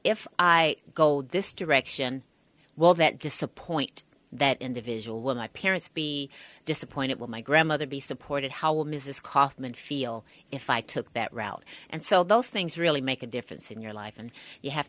if i go this direction well that disappoint that individual will not parents be disappointed will my grandmother be supported how will mrs kaufman feel if i took that route and so those things really make a difference in your life and you have